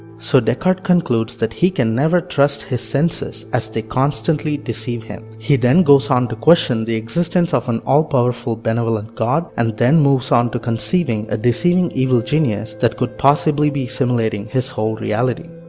so descartes concludes that he can never trust his senses as they constantly deceive him. he then goes on to question the existence of an all powerful benevolent god and, then moves on to conceiving a deceiving evil genius that could possibly be simulating his whole reality.